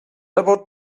about